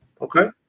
Okay